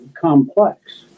complex